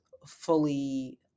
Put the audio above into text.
fully